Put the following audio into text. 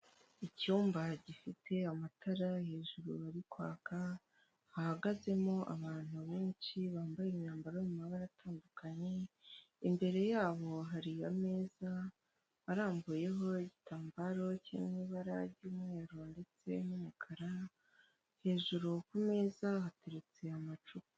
Icyumba gifite amatara hejuru bari kwaka hagazemo abantu benshi bambaye imyambaro mu mabara atandukanye, imbere yabo hari ameza arambuyeho igitambaro kiri mu ibara ry'umweru ndetse n'umukara hejuru kumeza hateretse amacupa...